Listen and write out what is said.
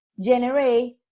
generate